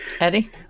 Eddie